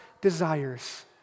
desires